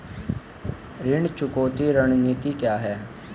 ऋण चुकौती रणनीति क्या है?